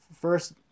first